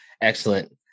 Excellent